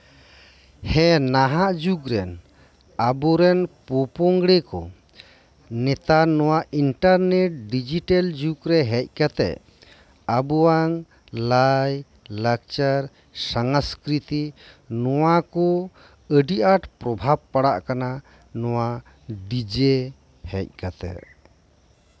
ᱦᱮᱸ ᱱᱟᱦᱟᱜ ᱡᱩᱜᱽ ᱨᱮᱱ ᱟᱵᱚ ᱨᱮᱱ ᱯᱚᱼᱯᱚᱝᱲᱟ ᱠᱚ ᱱᱮᱛᱟᱨ ᱱᱚᱶᱟ ᱤᱱᱴᱟᱨᱱᱮᱴ ᱰᱤᱡᱤᱴᱟᱞ ᱡᱩᱜᱽ ᱨᱮ ᱦᱮᱡ ᱠᱟᱛᱮᱫ ᱟᱵᱚᱣᱟᱜ ᱞᱟᱭ ᱞᱟᱠᱪᱟᱨ ᱥᱟᱥᱠᱨᱤᱛᱤ ᱱᱚᱶᱟ ᱠᱚ ᱟᱹᱰᱤ ᱟᱸᱴ ᱯᱨᱚᱵᱷᱟᱵ ᱯᱟᱲᱟᱜ ᱠᱟᱱᱟ ᱱᱚᱶᱟ ᱰᱤ ᱡᱮ ᱦᱮᱡ ᱠᱟᱛᱮᱫ